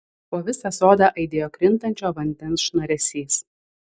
po visą sodą aidėjo krintančio vandens šnaresys